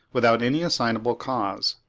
without any assignable cause.